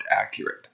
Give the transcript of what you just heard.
accurate